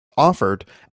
offered